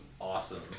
awesome